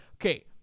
Okay